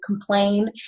complain